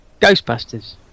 Ghostbusters